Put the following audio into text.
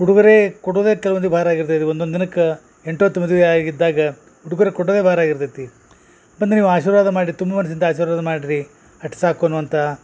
ಉಡುಗೊರೆ ಕೊಡೋದೆ ಕೆಲವೊಂದು ಭಾರ ಆಗಿರ್ತೈತಿ ಒಂದೊಂದು ದಿನಕ್ಕೆ ಎಂಟು ಅತು ಮದ್ವಿ ಆಗಿದ್ದಾಗ ಉಡುಗೊರೆ ಕೊಡೋದೆ ಭಾರ ಆಗಿರ್ತೈತಿ ಬಂದು ನೀವು ಆಶಿರ್ವಾದ ಮಾಡಿ ತುಂಬು ಮನದಿಂದ ಆಶಿರ್ವಾದ ಮಾಡ್ರಿ ಅಷ್ಟು ಸಾಕು ಅನ್ನೋ ಅಂತ